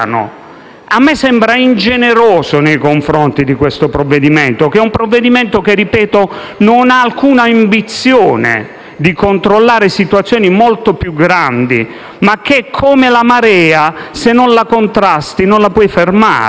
A me sembra ingeneroso nei confronti del provvedimento in esame che - lo ripeto - non ha alcuna ambizione di controllare situazioni molto più grandi, ma è come la marea e se non la contrasti non la puoi fermare.